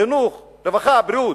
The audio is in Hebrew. רבותי?